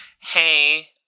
hey